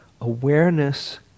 awareness